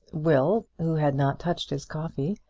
will, who had not touched his coffee,